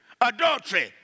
adultery